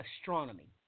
astronomy